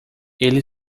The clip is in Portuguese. ele